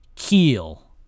Keel